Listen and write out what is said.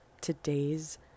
today's